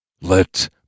Let